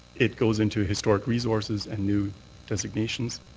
it goes into historic resources and new designations.